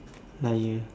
liar